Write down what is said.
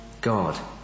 God